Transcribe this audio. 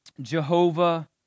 Jehovah